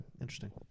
interesting